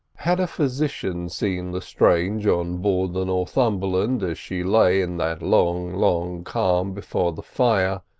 had a physician seen lestrange on board the northumberland as she lay in that long, long calm before the fire,